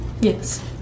Yes